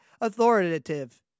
authoritative